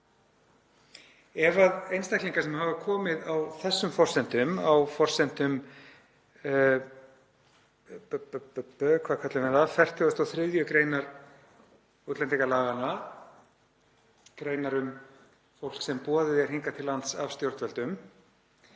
Ef einstaklingar sem hafa komið á þessum forsendum, á forsendum 43. gr. útlendingalaganna, greinar um fólk sem boðið er hingað til lands af stjórnvöldum